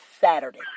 Saturday